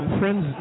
friends